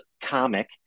comic